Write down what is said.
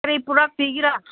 ꯀꯔꯤ ꯄꯨꯔꯛꯄꯤꯒꯦꯔ